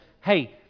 hey